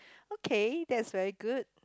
okay that's very good